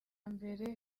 mbere